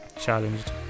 challenged